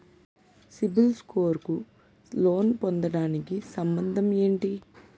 CIBIL score కు loan పొందటానికి సంబంధం ఏంటి?